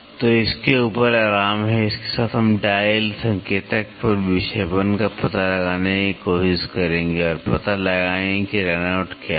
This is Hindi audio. तो यह इसके ऊपर आराम है इसके साथ हम डायल संकेतक पर विक्षेपण का पता लगाने की कोशिश करेंगे और पता लगाएंगे कि रन आउट क्या है